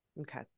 Okay